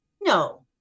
No